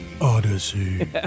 Odyssey